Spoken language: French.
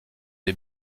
les